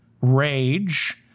rage